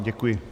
Děkuji.